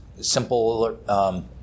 simple